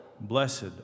Blessed